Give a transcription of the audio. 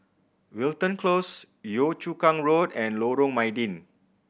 Wilton Close Yio Chu Kang Road and Lorong Mydin